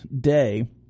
day